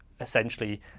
essentially